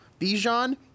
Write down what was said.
Bijan